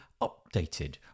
updated